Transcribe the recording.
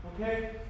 Okay